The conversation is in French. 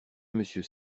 monsieur